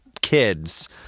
kids